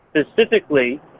specifically